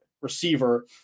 receiver